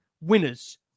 winners